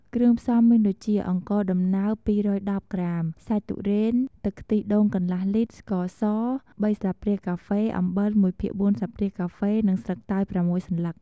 គ្រឿងផ្សំមានដូចជា អង្ករដំណើប ២១០ក្រាម សាច់ទុរេន ទឹកខ្ទិះដូងកន្លះលីត្រ ស្ករស ៣ស្លាបព្រាកាហ្វេ អំបិល ១ភាគ៤ស្លាបព្រាកាហ្វេ និងស្លឹកតើយ ៦សន្លឹក។